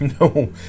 no